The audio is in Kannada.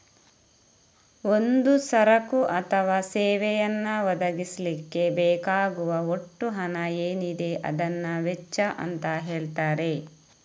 ಒಂದು ಸರಕು ಅಥವಾ ಸೇವೆಯನ್ನ ಒದಗಿಸ್ಲಿಕ್ಕೆ ಬೇಕಾಗುವ ಒಟ್ಟು ಹಣ ಏನಿದೆ ಅದನ್ನ ವೆಚ್ಚ ಅಂತ ಹೇಳ್ತಾರೆ